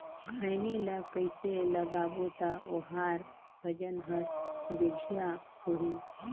खैनी ला कइसे लगाबो ता ओहार वजन हर बेडिया होही?